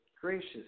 gracious